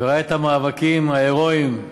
וראה את המאבקים ההירואיים,